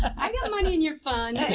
i got money in your fund.